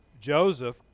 Joseph